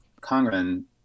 congressman